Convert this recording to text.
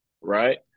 Right